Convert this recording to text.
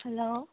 hello